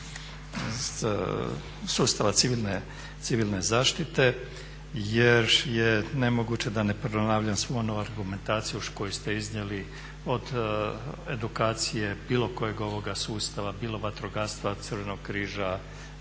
sustava civilne zaštite jer je nemoguće da ne ponavljam svu onu argumentaciju koju ste iznijeli od edukacije bilo kojeg ovoga sustava, bilo vatrogastva, Crvenog križa,